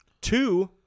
two